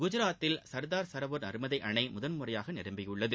குஜராத்தில் சர்தார் சரோவர் நர்மதை அணை முதன் முறையாக நிரம்பியுள்ளது